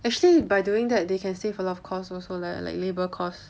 actually by doing that they can save a lot of cost also leh like labor cost